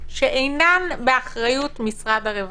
שאינן באחריות משרד הרווחה,